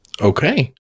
Okay